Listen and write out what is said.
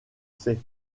sais